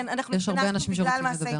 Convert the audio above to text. כי יש הרבה אנשים שרוצים לדבר.